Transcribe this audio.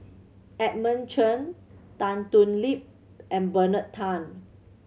Edmund Chen Tan Thoon Lip and Bernard Tan